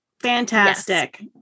Fantastic